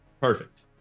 Perfect